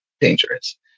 dangerous